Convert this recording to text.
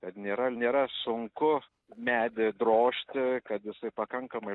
kad nėra nėra sunku medį drožti kad jisai pakankamai